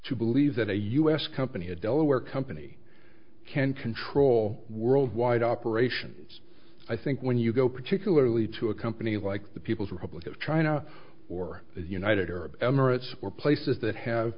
to believe that a us company a delaware company can control worldwide operations i think when you go particularly to a company like the people's republic of china or the united arab emirates or places that have